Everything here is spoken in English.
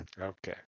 okay